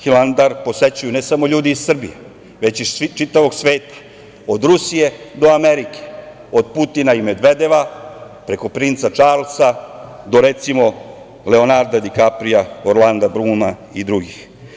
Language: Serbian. Hilandar posećuju ne samo ljudi iz Srbije, već iz čitavog sveta, od Rusije do Amerike, od Putina i Medvedeva, preko princa Čarlsa do, recimo, Leonarada Dikaprija, Orlanda Bluma i drugih.